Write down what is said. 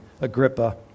Agrippa